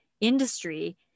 industry